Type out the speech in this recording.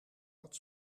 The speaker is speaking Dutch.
wat